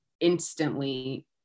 instantly